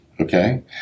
okay